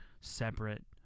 separate